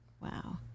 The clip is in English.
Wow